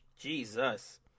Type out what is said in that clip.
Jesus